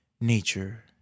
nature